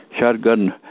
shotgun